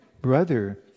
Brother